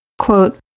Quote